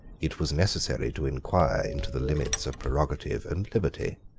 it was necessary to inquire into the limits of prerogative and liberty,